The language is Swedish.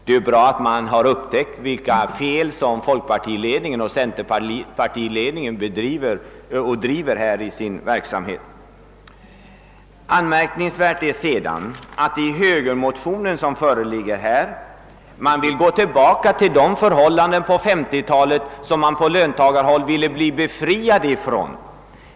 Det är bra att man har upptäckt det felaktiga i de åtgärder som folkpartioch : centerpartiledningarna förespråkar på detta område. Det är vidare anmärkningsvärt att högermotionärerna vill gå tillbaka till de förhållanden, som gällde under 1950 talet och som man då på löntagarhåll ville bli befriad från.